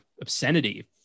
obscenity